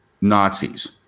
Nazis